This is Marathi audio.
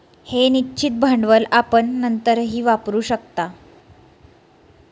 हे निश्चित भांडवल आपण नंतरही वापरू शकता